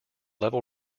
level